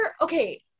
okay